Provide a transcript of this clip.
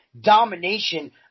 domination